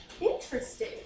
Interesting